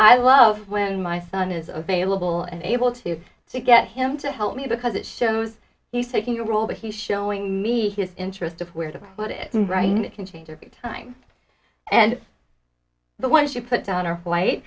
i love when my son is available and able to to get him to help me because it shows he's taking a role but he's showing me his interest of where to put it right and it can change over time and the ones you put down